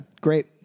Great